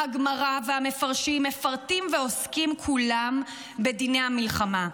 הגמרא והמפרשים מפרטים ועוסקים כולם בדיני המלחמה.